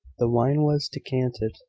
the wine was decanted,